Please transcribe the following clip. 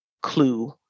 clue